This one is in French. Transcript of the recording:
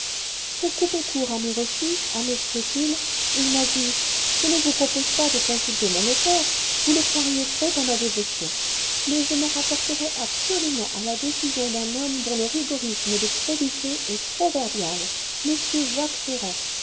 pour couper court à mes refus à mes scrupules il m'a dit je ne vous propose pas de consulter mon notaire vous le croiriez trop à ma dévotion mais je m'en rapporterai absolument à la décision d'un homme dont le rigorisme de probité est proverbial m jacques ferrand